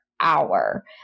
hour